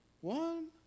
One